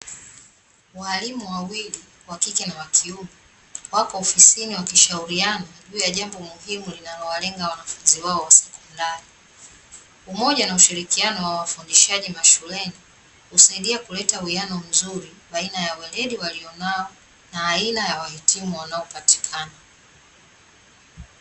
Walimu wawili wakike na wakiume wako ofisini wakishauriana juu ya jambo muhimu linalowalenga wanafunzi wao wa sekondari. Umoja na ushirikiano wa wafundishaji mashuleni, husaidia kuleta uwiano mzuri baina ya weledi walionao na aina ya wahitimu wanaopatikana.